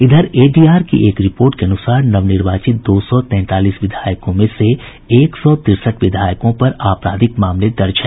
इधर एडीआर की एक रिपोर्ट के अनुसार नवनिर्वाचित दो सौ तैंतालीस विधायकों में से एक सौ तिरसठ विधायकों पर आपराधिक मामले दर्ज हैं